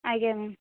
ଆଜ୍ଞା ମ୍ୟାମ୍